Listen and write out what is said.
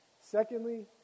Secondly